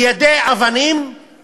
מיידי אבנים ואת